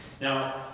Now